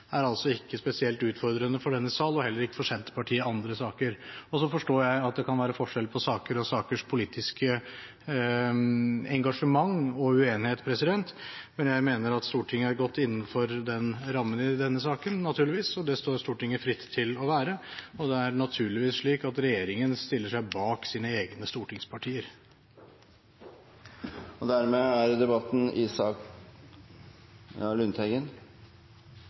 er altså ikke spesielt utfordrende for denne sal, heller ikke for Senterpartiet, i andre saker. Jeg forstår at det kan være forskjell på saker og sakers politiske engasjement og uenighet, men jeg mener at Stortinget er godt innenfor den rammen i denne saken, naturligvis. Det står Stortinget fritt til å være, og det er naturligvis slik at regjeringen stiller seg bak sine egne stortingspartier. Representanten Per Olaf Lundteigen har hatt ordet to ganger tidligere og